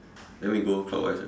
then we go clockwise right